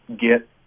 get